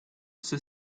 ceux